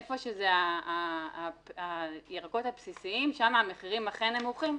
איפה שזה הירקות הבסיסיים שמה המחירים אכן נמוכים,